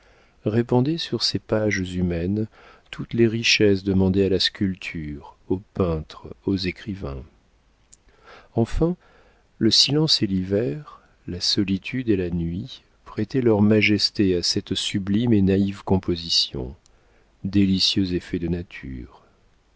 répandaient sur ces pages humaines toutes les richesses demandées à la sculpture aux peintres aux écrivains enfin le silence et l'hiver la solitude et la nuit prêtaient leur majesté à cette sublime et naïve composition délicieux effet de nature